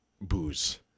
booze